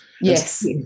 Yes